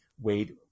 weighed